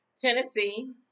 Tennessee